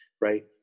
Right